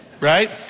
right